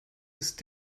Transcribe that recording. ist